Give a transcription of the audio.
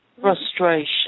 Frustration